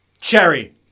Cherry